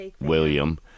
William